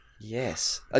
yes